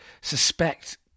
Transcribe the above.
suspect